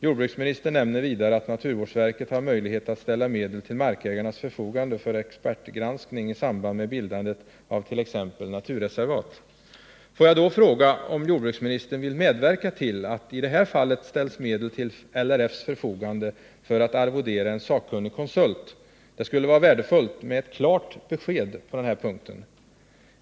Jordbruksministern nämner vidare att naturvårdsverket har möjlighet att ställa medel till markägarnas förfogande för expertgranskning i samband med bildande av t.ex. naturreservat. Får jag fråga om jordbruksministern vill medverka till att det i det här fallet ställs medel till LRF:s förfogande för att arvodera en sakkunnig konsult. Det skulle vara värdefullt med ett klart besked på den punkten.